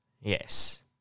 Yes